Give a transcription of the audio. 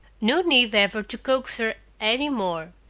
no need ever to coax her any more.